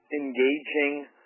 engaging